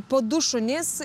po du šunis